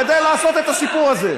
אתה השתמשת בי כדי לעשות את הסיפור הזה.